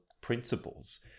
principles